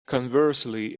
conversely